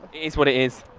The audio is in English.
is what it is.